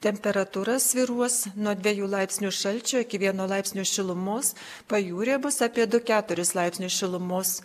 temperatūra svyruos nuo dvejų laipsnių šalčio iki vieno laipsnio šilumos pajūryje bus apie du keturis laipsnius šilumos